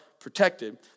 protected